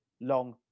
long